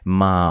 ma